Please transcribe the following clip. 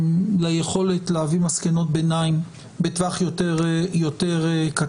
ליכולת להביא מסקנות ביניים בטווח יותר קצר,